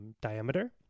diameter